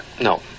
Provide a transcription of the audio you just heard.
No